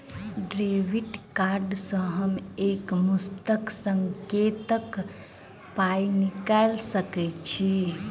Debit card सँ हम एक मुस्त कत्तेक पाई निकाल सकय छी?